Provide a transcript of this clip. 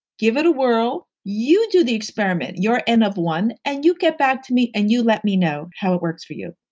give it a whirl you do the experiment. your n of one and you get back to me and you let me know how it works for you.